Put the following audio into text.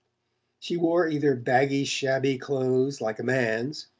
she wore either baggy shabby clothes like a man's,